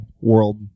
world